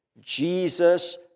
Jesus